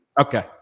Okay